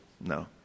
no